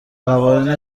قوانین